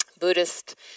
Buddhist